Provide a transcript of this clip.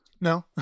No